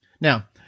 Now